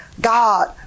God